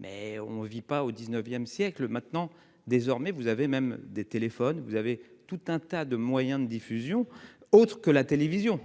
mais on ne vit pas au 19ème siècle maintenant désormais vous avez même des téléphones. Vous avez tout un tas de moyen de diffusion autre que la télévision.